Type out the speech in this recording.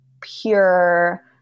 pure